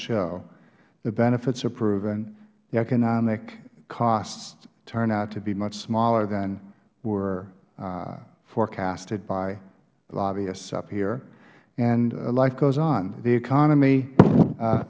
show the benefits are proven the economic costs turn out to be much smaller than were forecasted by lobbyists up here and life goes on the economy